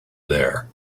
there